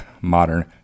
modern